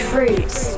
Fruits